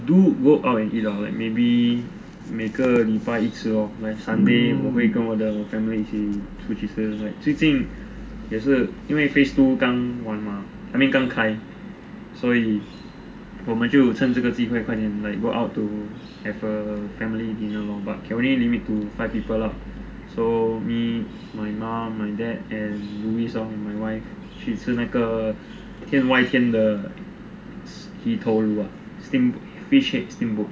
do go out and eat lah like maybe 每个礼拜一次 lor like sunday 我会跟我的 family 出去吃 like 最近也是因为 phase two 刚完 mah I mean 刚开所以我们就趁这个机会 like 快点 go out to have a family dinner lor but can only limit to five people lah so me my mum my dad and louis my wife 去吃那个天外天的鱼头卢 ah steamed fish head steamboat